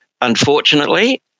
unfortunately